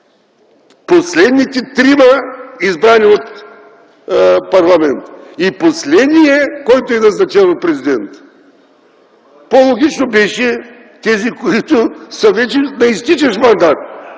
последните трима, избрани от парламента, и последният, който е назначен от президента? По-логично беше тези, които са с вече изтичащ мандат